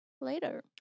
later